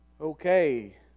okay